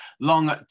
long